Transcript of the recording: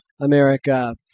America